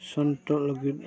ᱥᱟᱢᱴᱟᱜ ᱞᱟᱹᱜᱤᱫ